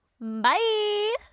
Bye